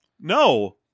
no